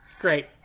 Great